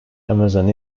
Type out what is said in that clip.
amazon